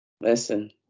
Listen